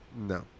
No